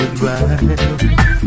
goodbye